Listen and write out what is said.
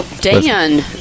dan